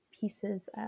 pieces